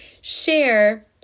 share